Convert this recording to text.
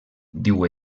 diu